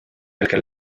hetkel